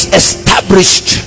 established